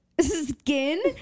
Skin